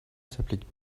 s’applique